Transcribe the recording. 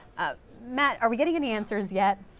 ah matt, are we getting any answers yet?